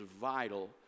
vital